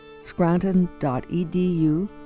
Scranton.edu